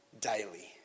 Daily